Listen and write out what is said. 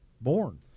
born